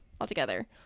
altogether